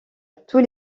tous